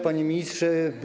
Panie Ministrze!